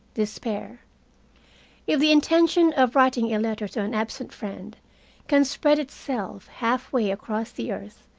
despair if the intention of writing a letter to an absent friend can spread itself half-way across the earth,